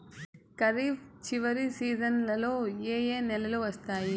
ఖరీఫ్ చివరి సీజన్లలో ఏ ఏ నెలలు వస్తాయి